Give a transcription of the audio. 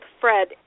Fred